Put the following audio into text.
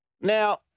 Now